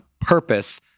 purpose